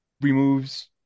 removes